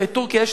הרי טורקיה,